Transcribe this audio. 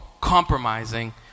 compromising